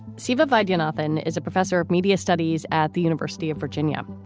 siva vida and often is a professor of media studies at the university of virginia.